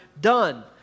done